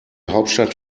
hauptstadt